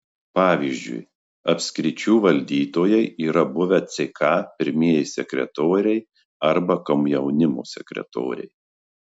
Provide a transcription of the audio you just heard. pavyzdžiui apskričių valdytojai yra buvę ck pirmieji sekretoriai arba komjaunimo sekretoriai